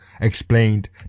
explained